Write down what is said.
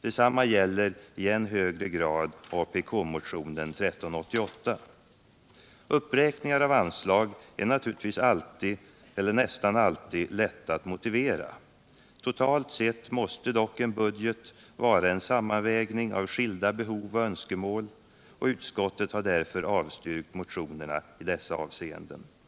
Detsamma gäller i än högre grad apk-motionen 1388. Uppräkningar av anslag är naturligtvis nästan alltid lätta att motivera. Totalt sett måste dock en budget vara en sammanvägning av skilda behov och önskemål, och utskottet har därför avstyrkt motionerna i dessa avseenden.